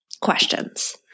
Questions